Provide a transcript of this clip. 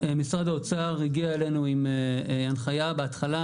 משרד האוצר הגיע אלינו עם הנחייה בהתחלה,